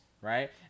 right